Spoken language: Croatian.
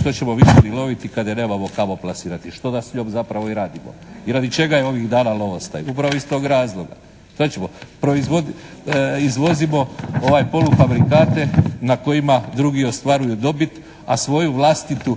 Što ćemo više i loviti kada je nemamo kamo plasirati? Što da s njom zapravo i radimo? I radi čega je ovih dana lovostaj? Upravo iz tog razloga. Šta ćemo? Izvozimo polufabrikate na kojima drugi ostvaruju dobit a svoju vlastitu